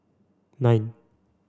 nine